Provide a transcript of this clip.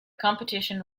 competition